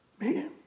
Man